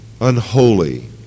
unholy